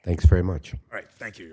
thanks very much right thank you